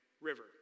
River